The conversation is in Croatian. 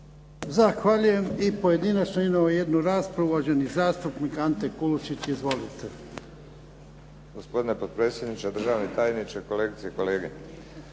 Zahvaljujem. I pojedinačno imamo jednu raspravu. Uvaženi zastupnik Ante Kulušić. **Kulušić, Ante (HDZ)** Gospodine potpredsjedniče, državni tajniče, kolegice i kolege.